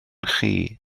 chi